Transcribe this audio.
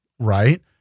Right